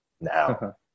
now